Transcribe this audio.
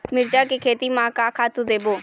मिरचा के खेती म का खातू देबो?